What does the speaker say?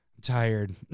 tired